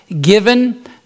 given